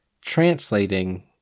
translating